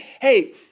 hey